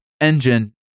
engine